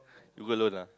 you go alone ah